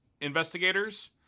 investigators